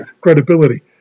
credibility